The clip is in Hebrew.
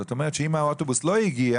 זאת אומרת, אם האוטובוס לא הגיע